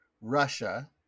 Russia